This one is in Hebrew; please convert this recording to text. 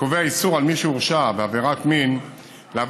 הקובע איסור על מי שהורשע בעבירת מין לעבוד